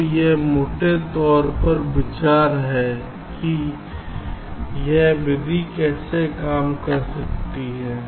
तो यह मोटे तौर पर विचार है कि यह विधि कैसे काम करती है